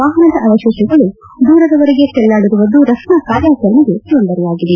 ವಾಹನದ ಅವಶೇಷಗಳು ದೂರದವರೆಗೆ ಜೆಲ್ಲಾಡಿರುವುದು ರಕ್ಷಣಾ ಕಾರ್ಯಾಚರಣೆಗೆ ತೊಂದರೆಯಾಗಿದೆ